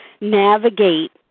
navigate